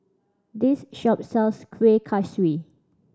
this shop sells Kuih Kaswi